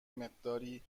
مقرری